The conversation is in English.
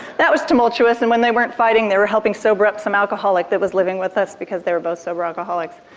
that was tumultuous, and when they weren't fighting they were helping sober up some alcoholic that was living with us because they were both sober alcoholics.